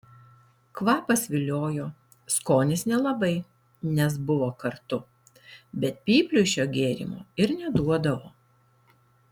kvapas viliojo skonis nelabai nes buvo kartu bet pypliui šio gėrimo ir neduodavo